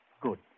Good